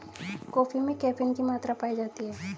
coffee में caffeine की मात्रा पाई जाती है